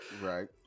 Right